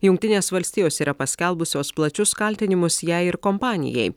jungtinės valstijos yra paskelbusios plačius kaltinimus jai ir kompanijai